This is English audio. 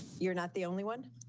you're not the only one.